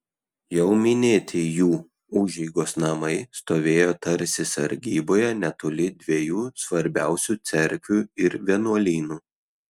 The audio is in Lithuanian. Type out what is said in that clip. jau minėti jų užeigos namai stovėjo tarsi sargyboje netoli dviejų svarbiausių cerkvių ir vienuolynų